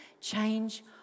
change